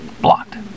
Blocked